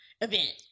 Event